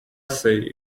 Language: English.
say